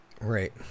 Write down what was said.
Right